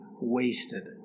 wasted